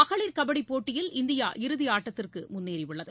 மகளிர் கபடிபோட்டியில் இந்தியா இறுதிஆட்டத்திற்குமுன்னேறிஉள்ளது